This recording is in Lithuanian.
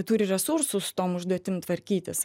turi resursų su tom užduotim tvarkytis